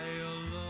alone